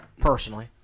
personally